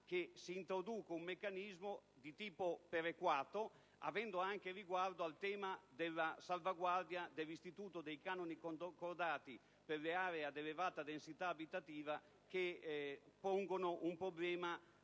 che si introduca un meccanismo perequativo, avendo anche riguardo al tema della salvaguardia dell'istituto dei canoni concordati per le aree ad elevata densità abitativa, che rischiano di essere